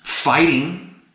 fighting